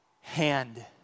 hand